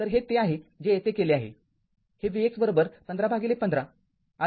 तर हे ते आहे जे येथे केले आहे हे vx १५१५ आहे